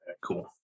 cool